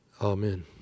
Amen